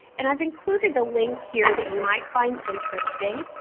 and, i've included a link here that you might find interesting.